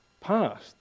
past